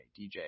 DJ